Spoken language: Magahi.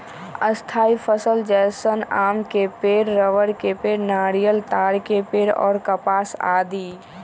स्थायी फसल जैसन आम के पेड़, रबड़ के पेड़, नारियल, ताड़ के पेड़ और कपास आदि